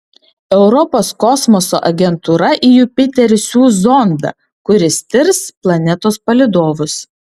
europos kosmoso agentūra į jupiterį siųs zondą kuris tirs planetos palydovus